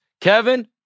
Kevin